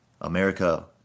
America